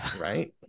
Right